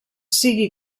sigui